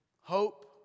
hope